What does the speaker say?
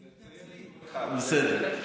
בסדר.